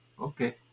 okay